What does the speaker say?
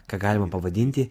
ką galima pavadinti